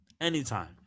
Anytime